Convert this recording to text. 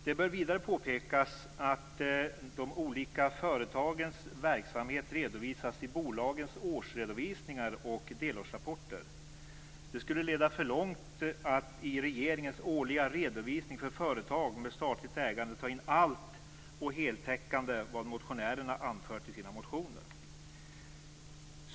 Det bör vidare påpekas att de olika företagens verksamheter redovisas i bolagens årsredovisningar och delårsrapporter. Det skulle leda för långt att i regeringens årliga redovisning för företag med statligt ägande ta in allt och heltäckande vad motionärerna anfört i sina motioner.